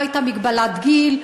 לא הייתה מגבלת גיל,